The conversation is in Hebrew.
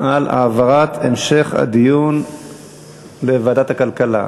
על העברת המשך הדיון לוועדת הכלכלה.